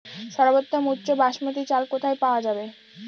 সর্বোওম উচ্চ বাসমতী চাল কোথায় পওয়া যাবে?